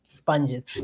sponges